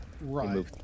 Right